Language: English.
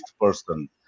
person